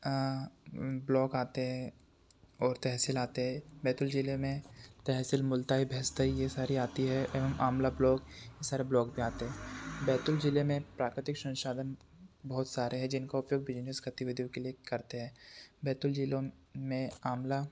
block आते हैं और तहसील आते हैं बैतुल ज़िले में तहसील मुलताई भैसदाई ये सारी आती है एवम आमला ब्लॉक ये सारे ब्लॉक आते हैं बैतुल ज़िले में प्राकृतिक संसाधन बहुत सारे हैं जिसका उपयोग बिजनेस गतिविधियों के लिए करते हैं बैतूल जिलों में आमला